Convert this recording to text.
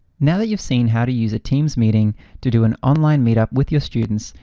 now that you've seen how to use a teams meeting to do an online meet up with your students,